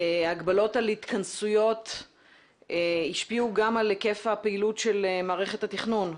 הגבלות על התכנסויות השפיעו גם על היקף הפעילות של מערכת התכנון.